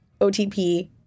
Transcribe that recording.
OTP